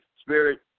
Spirit